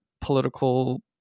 political